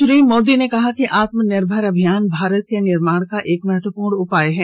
श्री मोदी ने कहा कि आत्मनिर्भर अभियान भारत के निर्माण का एक महत्वपुर्ण उपाय है